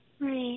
Right